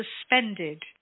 suspended